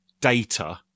data